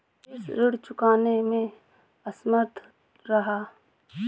राजेश ऋण चुकाने में असमर्थ रहा